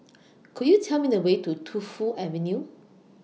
Could YOU Tell Me The Way to Tu Fu Avenue